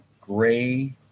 gray